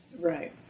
Right